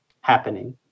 happening